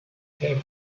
have